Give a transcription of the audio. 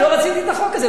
אני לא רציתי את החוק הזה,